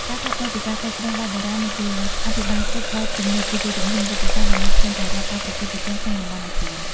ការផ្លាស់ប្តូរពីការគ្រប់គ្រងបែបបុរាណ មកជាអភិបាលកិច្ចបែបទំនើប គឺជាជំហានយុទ្ធសាស្ត្រដើម្បីឈានទៅរកការប្រកួតប្រជែងក្នុងតំបន់អាស៊ាន។